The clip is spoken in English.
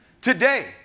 Today